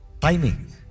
Timing